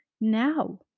Now